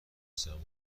زمانی